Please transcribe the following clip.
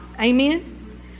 Amen